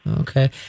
Okay